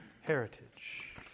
heritage